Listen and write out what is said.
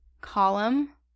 column